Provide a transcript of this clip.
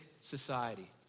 society